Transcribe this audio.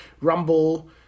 Rumble